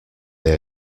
they